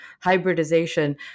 hybridization